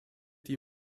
die